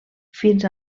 fins